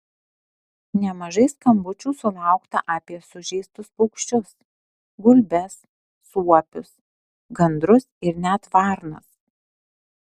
nemažai skambučių sulaukta apie sužeistus paukščius gulbes suopius gandrus ir net varnas